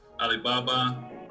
alibaba